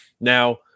Now